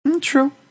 True